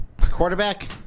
Quarterback